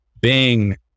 Bing